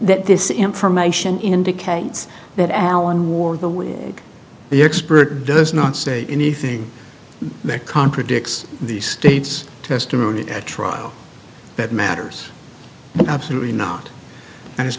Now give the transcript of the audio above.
that this information indicates that allen wore the when the expert does not say anything that contradicts the state's testimony at trial that matters but absolutely not and it's